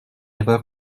erreur